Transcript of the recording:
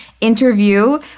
interview